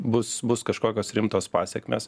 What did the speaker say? bus bus kažkokios rimtos pasekmės